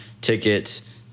tickets